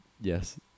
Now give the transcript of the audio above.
Yes